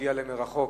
תגיע למרחוק,